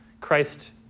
Christ